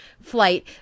flight